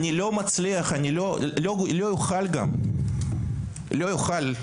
אני לא מצליח, וכנראה גם לא אוכל,